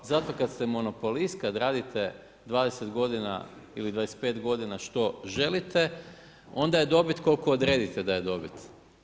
Zato kad ste monopolist, kad radite 20 godina ili 25 godina što želite, onda je dobit koliko odredite da je dobit.